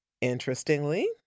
Interestingly